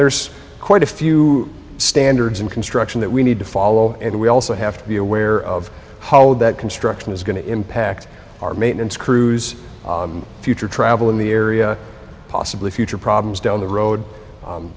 there's quite a few standards in construction that we need to follow and we also have to be aware of how the construction is going to impact our maintenance crews future travel in the area possibly future problems down the road